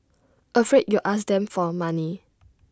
afraid you'll ask them for money